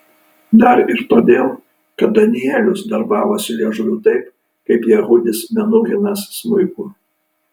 dar ir todėl kad danielius darbavosi liežuviu taip kaip jehudis menuhinas smuiku